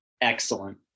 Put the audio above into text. excellent